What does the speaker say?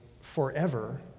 forever